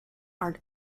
are